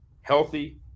healthy